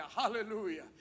Hallelujah